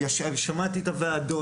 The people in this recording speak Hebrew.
אני שמעתי את הוועדות.